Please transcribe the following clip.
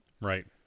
right